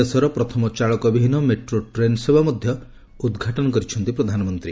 ଦେଶର ପ୍ରଥମ ଚାଳକ ବିହୀନ ମେଟ୍ରୋ ଟ୍ରେନ୍ ସେବା ମଧ୍ୟ ଉଦ୍ଘାଟନ କଲେ ପ୍ରଧାନମନ୍ତ୍ରୀ